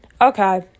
Okay